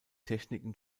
techniken